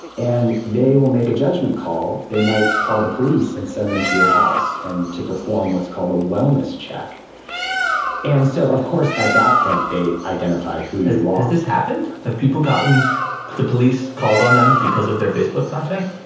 and they will make a judgment call they might call the police and send them to your house and to perform what's called a wellness check and so, of course, at that point, they identify who as long as this happened have people gotten the police called on them because of their facebook content?